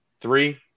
Three